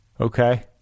okay